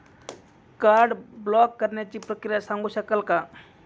Card block करण्याची प्रक्रिया सांगू शकाल काय?